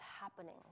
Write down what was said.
happening